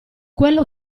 quello